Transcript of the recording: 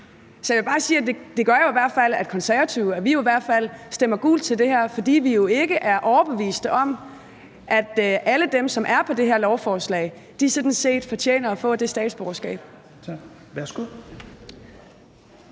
Så jeg vil bare sige, at det i hvert fald gør, at Konservative stemmer gult til det her, fordi vi ikke er overbeviste om, at alle dem, som er på det her lovforslag, sådan set fortjener at få det statsborgerskab.